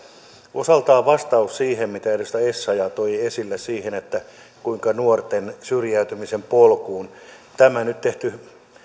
osaltaan vastaus siihen mitä edustaja essayah toi esille että kuinka nuorten syrjäytymisen polkuun tämä nyt tehty